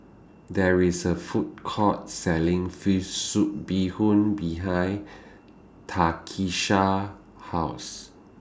There IS A Food Court Selling Fish Soup Bee Hoon behind Takisha's House